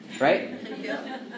right